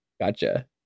Gotcha